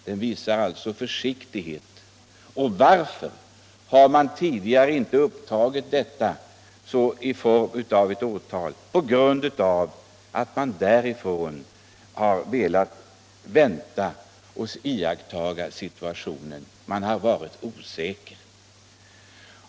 Det visas därvidlag stor försiktighet. Man har ju inte tagit upp saken i form av ett åtal förrän nu på grund av att man velat vänta och iaktta situationen. Man har varit osäker.